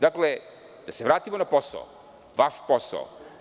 Dakle, da se vratimo na posao, vaš posao.